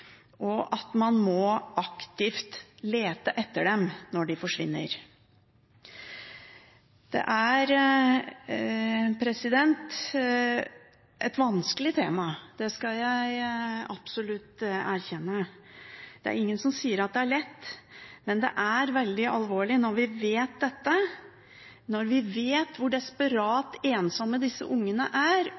forsvinner. Det er et vanskelig tema – det skal jeg absolutt erkjenne. Det er ingen som sier at det er lett. Men det er veldig alvorlig når vi vet dette, når vi vet hvor desperat ensomme disse barna er,